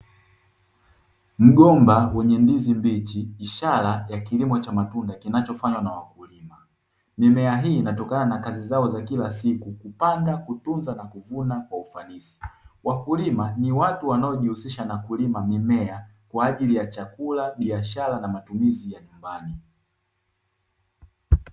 Mgomba wenye ndizi mbichi ishara ya kilimo cha matunda kinachofanywa na wakulima, mimea hii inatokana na kazi zao za kila siku kupanda kutunza na kuvuna kwa ufanisi, wakulima ni watu wanaojihusisha na kulima mimea kwa ajili ya chakula biashara na matumizi ya nyumbani.